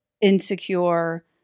insecure